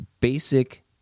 basic